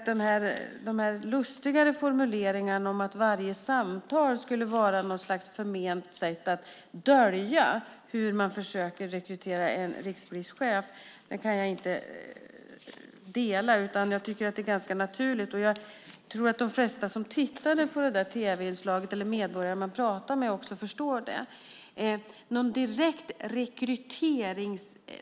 De här lustigare formuleringarna om att varje samtal skulle vara något slags förment sätt att dölja hur man försöker rekrytera en rikspolischef kan jag inte dela, utan jag tycker att det är ganska naturligt. Jag tror att de flesta som tittade på tv-inslaget eller de medborgare man pratar med också förstår det.